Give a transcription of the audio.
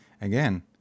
again